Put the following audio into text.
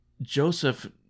Joseph